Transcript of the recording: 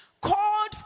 Called